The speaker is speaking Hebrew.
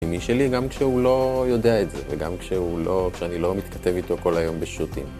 אם היא שלי, גם כשהוא לא יודע את זה, וגם כשאני לא מתכתב איתו כל היום בשו"תים.